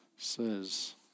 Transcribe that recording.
Says